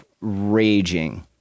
raging